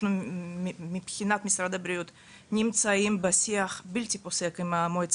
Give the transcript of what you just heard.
אנחנו מבחינת משרד הבריאות נמצאים בשיח בלתי פוסק עם המועצה